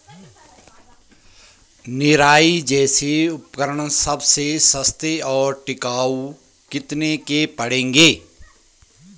निराई जैसे उपकरण सबसे सस्ते और टिकाऊ कितने के पड़ेंगे?